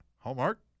Hallmark